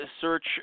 search